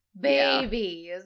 babies